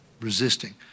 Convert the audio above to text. resisting